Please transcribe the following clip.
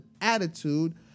attitude